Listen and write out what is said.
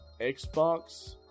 Xbox